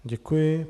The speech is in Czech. Děkuji.